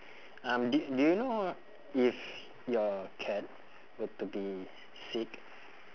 um do do you know if your cat were to be sick